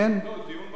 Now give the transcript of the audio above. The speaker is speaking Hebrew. לא, דיון במליאה.